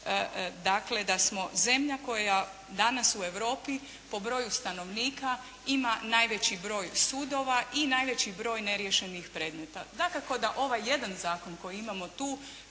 dakle da smo zemlja koja danas u Europi po broju stanovnika ima najveći broj sudova i najveći broj neriješenih predmeta. Dakako da ovaj jedan zakon koji imamo tu,